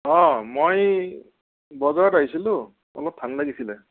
অ' মই বজাৰত আহিছিলোঁ অলপ ধান লাগিছিলে